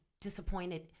disappointed